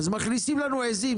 אז מכניסים לנו עיזים,